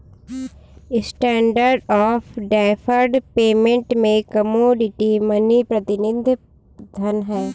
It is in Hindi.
स्टैण्डर्ड ऑफ़ डैफर्ड पेमेंट में कमोडिटी मनी प्रतिनिधि धन हैं